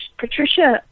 Patricia